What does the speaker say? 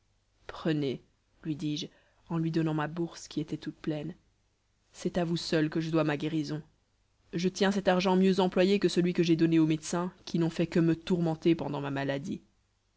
prenez lui dis-je en lui donnant ma bourse qui était toute pleine c'est à vous seule que je dois ma guérison je tiens cet argent mieux employé que celui que j'ai donné aux médecins qui n'ont fait que me tourmenter pendant ma maladie